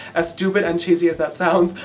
as stupid and cheesy as that sounds,